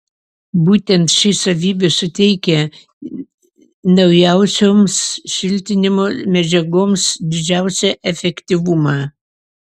būtent ši savybė suteikia naujausioms šiltinimo medžiagoms didžiausią efektyvumą